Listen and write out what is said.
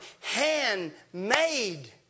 handmade